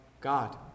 God